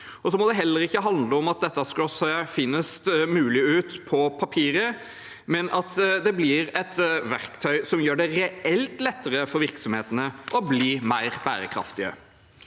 det må heller ikke handle om at det skal se finest mulig ut på papiret, men at det blir et verktøy som gjør det reelt lettere for virksomhetene å bli mer bærekraftige.